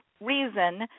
reason